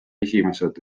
esimesed